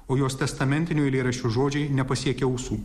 o jos testamentinių eilėraščių žodžiai nepasiekia ausų